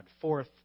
Fourth